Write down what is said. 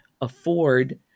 afford